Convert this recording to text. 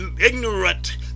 ignorant